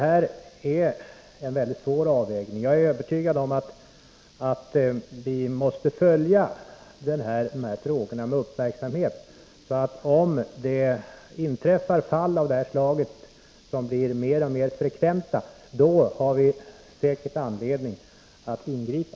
Jag är övertygad om att vi måste följa dessa frågor med uppmärksamhet, och om det inträffar fall av detta slag, som har blivit mer och mer frekventa, har vi säkert anledning att ingripa.